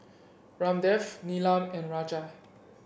Ramdev Neelam and Raja